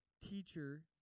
teacher